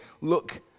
look